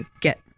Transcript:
get